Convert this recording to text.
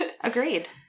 Agreed